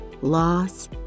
loss